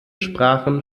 sprachen